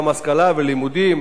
גם השכלה ולימודים,